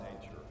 nature